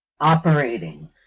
operating